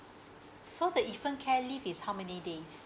so the infant care leave is how many days